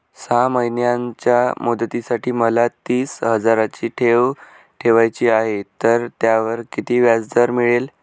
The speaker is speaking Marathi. सहा महिन्यांच्या मुदतीसाठी मला तीस हजाराची ठेव ठेवायची आहे, तर त्यावर किती व्याजदर मिळेल?